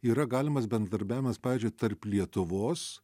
yra galimas bendarbiavimas pavyzdžiui tarp lietuvos